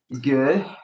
Good